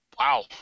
Wow